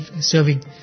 serving